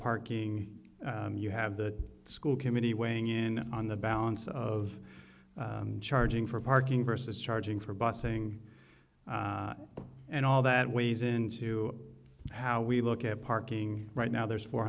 parking you have the school committee weighing in on the balance of charging for parking versus charging for busing and all that weighs into how we look at parking right now there's four